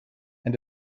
and